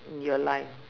in your life